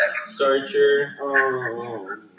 Starcher